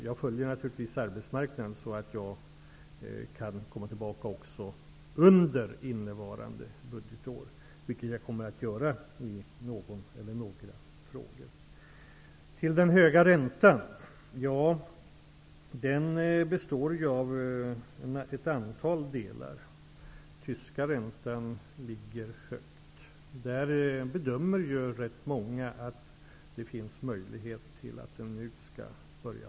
Jag följer naturligtvis arbetsmarknaden och kan återkomma under innevarande budgetår. Det kommer jag också att göra i någon eller några frågor. Den höga räntan består av ett antal delar. Den tyska räntan ligger högt. Rätt många bedömer att det finns möjligheter till att den nu börjar gå neråt.